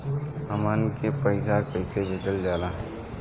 हमन के पईसा कइसे भेजल जाला?